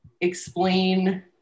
explain